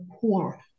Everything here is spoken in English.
poor